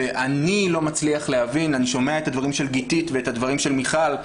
אני שומע את הדברים של גיתית ואת הדברים של מיכל,